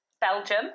Belgium